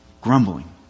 Grumbling